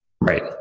Right